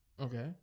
Okay